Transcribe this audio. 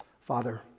Father